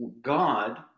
God